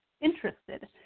interested